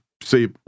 see